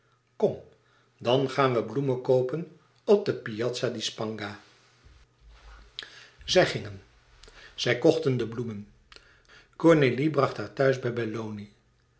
kom dan gaan we bloemen koopen op de piazza di spagna zij gingen zij kochten de bloemen cornélie bracht haar thuis bij